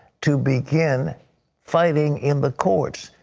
to begin fighting in the courts.